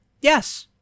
yes